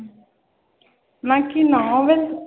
మాకు నవల